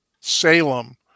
Salem